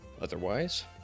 otherwise